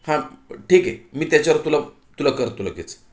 हां ठीक आहे मी त्याच्यावर तुला तुला करतो लगेच